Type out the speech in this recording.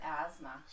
asthma